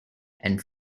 and